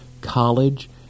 college